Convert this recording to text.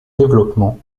développement